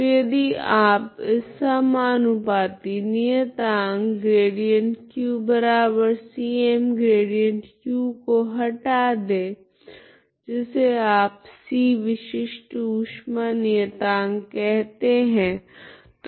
तो यदि आप इस समानुपाती नियतांक ΔQcmΔu को हटा दे जिसे आप c विशिष्ट ऊष्मा नियतांक कहते है